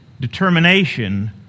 determination